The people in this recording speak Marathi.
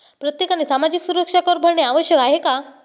प्रत्येकाने सामाजिक सुरक्षा कर भरणे आवश्यक आहे का?